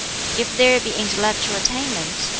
if there be intellectual attainments,